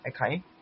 okay